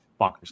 Bonkers